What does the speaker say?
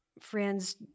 friends